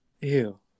Ew